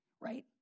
right